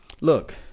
Look